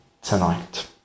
tonight